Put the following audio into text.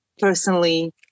personally